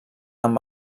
amb